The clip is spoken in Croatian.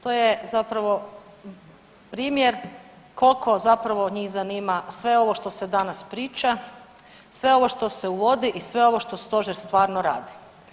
To je zapravo primjer koliko zapravo njih zanima sve ovo što se danas priča, sve ovo što se uvodi i sve ovo što Stožer stvarno radi.